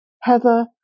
heather